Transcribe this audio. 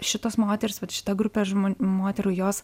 šitos moters šita grupė žmon moterų jos